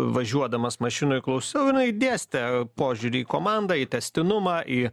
važiuodamas mašinoj klausiau jinai dėstė požiūrį į komandą į tęstinumą į